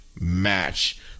match